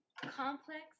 complex